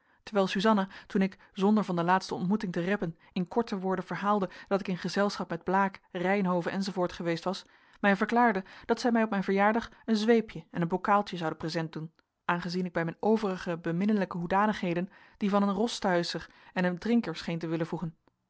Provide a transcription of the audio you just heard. terwijl suzanna toen ik zonder van de laatste ontmoeting te reppen in korte woorden verhaalde dat ik in gezelschap met blaek reynhove enz geweest was mij verklaarde dat zij mij op mijn verjaardag een zweepje en een bokaaltje zoude present doen aangezien ik bij mijn overige beminnelijke hoedanigheden die van een rostuischer en een drinker scheen te willen voegen